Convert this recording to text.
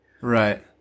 Right